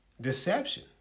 Deception